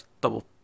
double